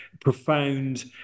profound